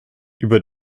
über